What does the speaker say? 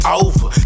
over